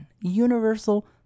universal